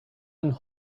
and